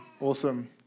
Awesome